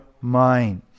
mind